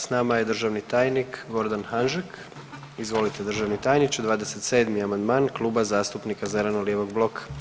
S nama je državni tajnik Gordan Hanžek, izvolite državni tajniče, 27. amandman Kluba zastupnika zeleno-lijevog bloka.